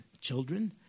children